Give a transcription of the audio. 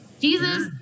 Jesus